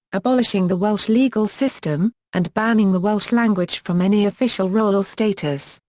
abolishing the welsh legal system, and banning the welsh language from any official role or status,